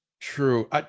True